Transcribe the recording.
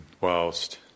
Whilst